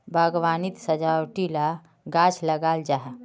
बाग्वानित सजावटी ला गाछ लगाल जाहा